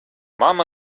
mamma